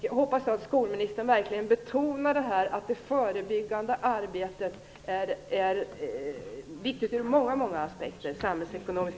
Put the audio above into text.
Jag hoppas att skolministern verkligen betonar att det förebyggande arbetet är viktigt ur många aspekter, inte minst samhällsekonomisk.